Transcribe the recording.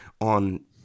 on